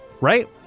right